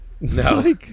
No